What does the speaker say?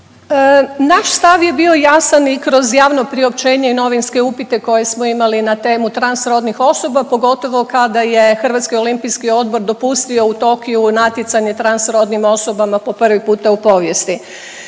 Naš stav je bio jasan i kroz javno priopćenje i novinske upite koje smo imali na temu transrodnih osoba, pogotovo kada je Hrvatski olimpijski odbor dopustio u Tokiju natjecanje transrodnim osobama po prvi puta u povijesti.